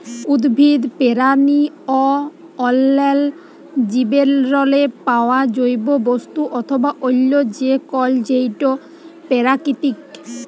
উদ্ভিদ, পেরানি অ অল্যাল্য জীবেরলে পাউয়া জৈব বস্তু অথবা অল্য যে কল সেটই পেরাকিতিক